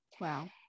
wow